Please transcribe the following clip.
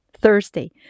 Thursday